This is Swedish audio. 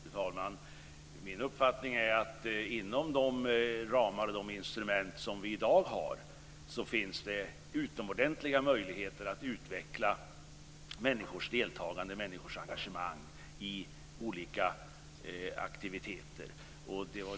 Fru talman! Min uppfattning är att det inom de ramar och de instrument som vi i dag har finns utomordentliga möjligheter att utveckla människors deltagande, människors engagemang, i olika aktiviteter.